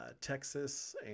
Texas